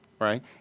right